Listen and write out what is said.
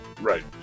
Right